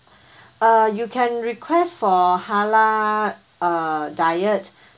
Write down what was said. uh you can request for halal uh diet